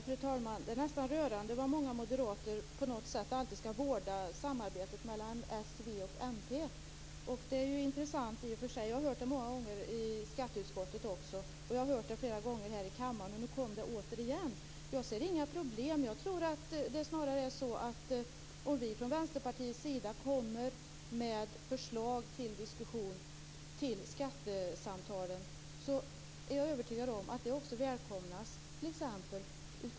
Fru talman! Det är nästan rörande hur många moderater på något sätt skall vårda samarbetet mellan s, v och mp. Det är intressant i och för sig. Jag har hört det många gånger också i skatteutskottet, jag har hört flera gånger här i kammaren, och nu kom det återigen. Jag ser inga problem. Jag är övertygad om att om vi från Vänsterpartiets sida kommer med förslag till diskussion i skattesamtalen kommer det också att välkomnas av t.ex.